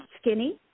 skinny